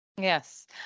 Yes